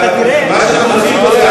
אתה תראה שהפערים הם